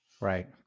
Right